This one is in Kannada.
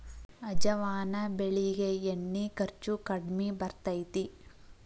ಅಜವಾನ ಬೆಳಿಗೆ ಎಣ್ಣಿ ಖರ್ಚು ಕಡ್ಮಿ ಬರ್ತೈತಿ